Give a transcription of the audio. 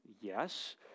Yes